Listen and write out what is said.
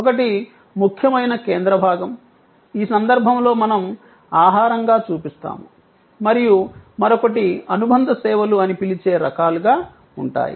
ఒకటి ముఖ్యమైన కేంద్ర భాగం ఈ సందర్భంలో మనం ఆహారంగా చూపిస్తాము మరియు మరొకటి అనుబంధ సేవలు అని పిలిచే రకాలుగా ఉంటాయి